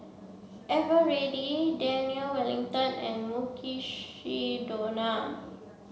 Eveready Daniel Wellington and Mukshidonna